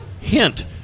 Hint